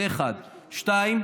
זה, 1. נושא שני: